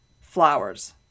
flowers